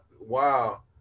Wow